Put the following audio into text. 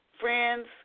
friends